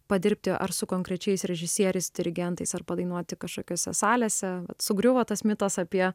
padirbti ar su konkrečiais režisieriais dirigentais ar padainuoti kažkokiose salėse sugriuvo tas mitas apie